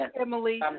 Emily